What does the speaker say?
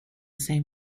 same